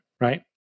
right